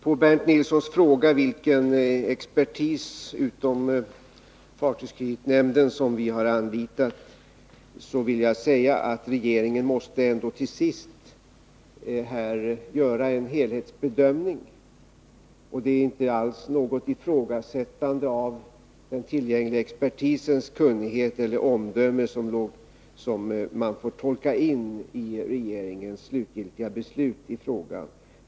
På Bernt Nilssons fråga vilken expertis utom fartygskreditnämnden vi har anlitat vill jag svara att regeringen måste ändå till sist göra en helhetsbedömning. Det är inte alls något ifrågasättande av den tillgängliga expertisens kunnighet eller omdöme som man får tolka in i regeringens slutgiltiga beslut i frågan.